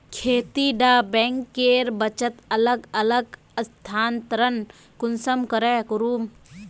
खेती डा बैंकेर बचत अलग अलग स्थानंतरण कुंसम करे करूम?